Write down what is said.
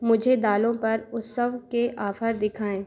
मुझे दालों पर उत्सव के ऑफ़र दिखाएँ